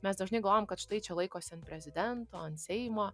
mes dažnai galvojam kad štai čia laikosi ant prezidento ant seimo